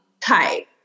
type